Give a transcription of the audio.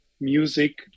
music